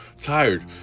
tired